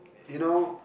you know